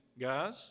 guys